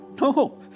No